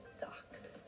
socks